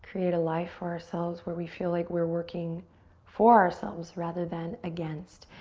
create a life for ourselves where we feel like we're working for ourselves rather than against.